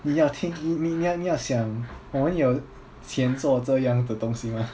你要 think 你你要你要想我们有钱做这样的东西吗